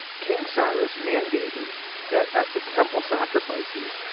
king cyrus mandated that at the temple sacrifices,